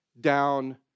Down